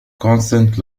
constant